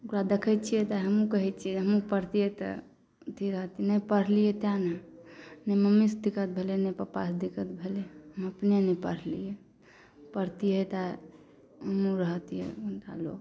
ओकरा देखै छियै तऽ हमहुँ कहै छियै हमहुँ पढ़तियै तऽ नहि पढ़लियै तैं ने नहि मम्मी सॅं दिक्कत भेलै ने पापासे दिक्कत भेलै हम अपने नै पढ़लियै पढ़तियै तऽमुँह रहतियै